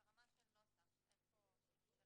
ברמה של נוסח, אין פה שינוי של